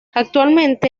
actualmente